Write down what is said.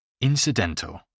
Incidental